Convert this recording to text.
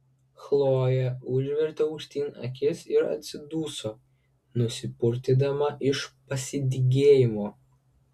chlojė užvertė aukštyn akis ir atsiduso nusipurtydama iš pasidygėjimo